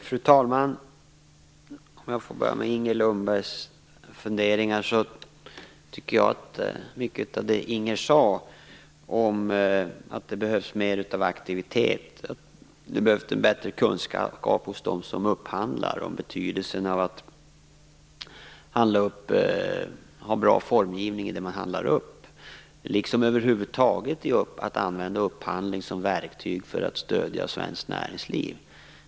Fru talman! Jag börjar med Inger Lundbergs funderingar. Jag tycker att mycket av det hon sade om att det behövs mer av aktivitet, och bättre kunskap hos dem som upphandlar är riktigt. De måste förstå betydelsen av en bra formgivning i det som de handlar upp. Över huvud taget bör man använda upphandling som verktyg för att stödja svenskt näringsliv.